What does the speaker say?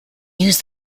use